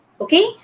Okay